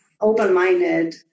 open-minded